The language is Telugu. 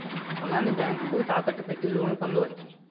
పొలాన్ని బ్యాంకుకు తాకట్టు పెట్టి లోను పొందవచ్చు